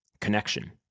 connection